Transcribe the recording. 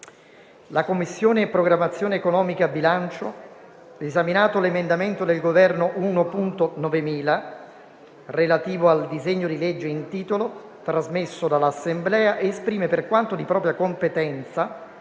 «La Commissione programmazione economica, bilancio esaminato l'emendamento del Governo 1.9000, relativo al disegno di legge in titolo, trasmesso dall'Assemblea, esprime, per quanto di propria competenza,